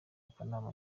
akanama